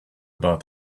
about